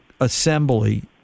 assembly